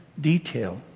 detail